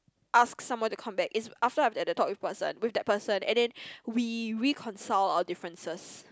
ask someone to come back is after I have that talk with person with that person and then we reconcile our differences